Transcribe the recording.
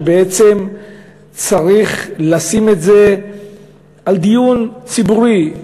ובעצם צריך לשים את זה לדיון ציבורי,